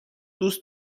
دوست